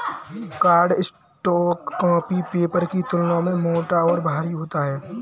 cardstock copy paper की तुलना में मोटा और भारी होता है